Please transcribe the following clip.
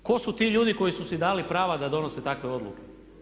Tko su ti ljudi koji su si dali prava da donose takve odluke.